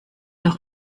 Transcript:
noch